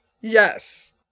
Yes